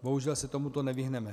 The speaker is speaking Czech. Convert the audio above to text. Bohužel se tomuto nevyhneme.